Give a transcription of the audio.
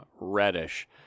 Reddish